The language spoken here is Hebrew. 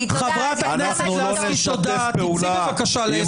יבינו אחרי שנה מהמסויטות ביותר שבה